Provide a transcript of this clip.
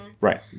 Right